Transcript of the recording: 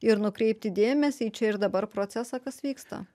ir nukreipti dėmesį į čia ir dabar procesą kas vyksta